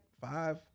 five